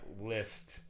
list